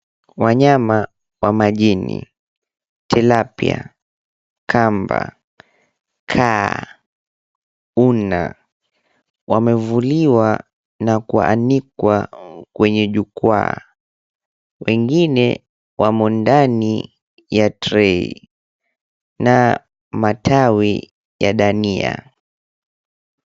Wanyama wa majini. Tilapia, kamba, kaa, una, wamevuliwa na kuanikwa kwenye jukwaa. Wengine wamo ndani ya tray na matawi ya dania.